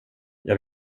jag